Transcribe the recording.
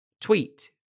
tweet